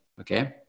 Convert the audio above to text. Okay